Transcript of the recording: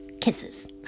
Kisses